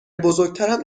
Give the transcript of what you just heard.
بزرگترم